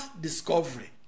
discovery